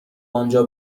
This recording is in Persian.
آنجا